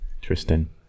Tristan